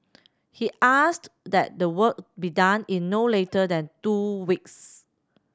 he asked that the work be done in no later than two weeks